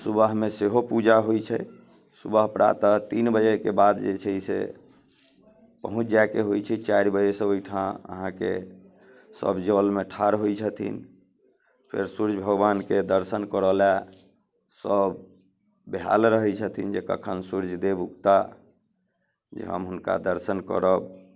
सुबहमे सेहो पूजा होइ छै सुबह प्रातः तीन बजेके बाद जे छै से पहुँच जाइके होइ छै चारि बजेसँ ओइठाम अहाँके सब जलमे ठाड़ होइ छथिन फेर सूर्य भगवानके दर्शन करऽ लए सब बेहाल रहै छथिन जे कखन सूर्य देव उगता जे हम हुनका दर्शन करब